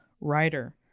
writer